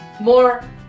more